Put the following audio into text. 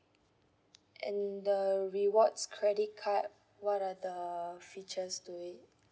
and the rewards credit card what are the features to it